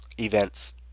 events